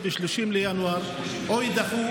אם הבחירות יתקיימו ב-30 בינואר או יידחו,